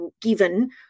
given